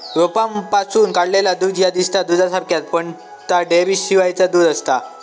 रोपांपासून काढलेला दूध ह्या दिसता दुधासारख्याच, पण ता डेअरीशिवायचा दूध आसता